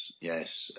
yes